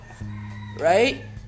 right